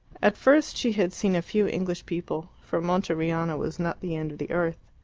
at first she had seen a few english people, for monteriano was not the end of the earth.